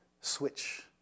switch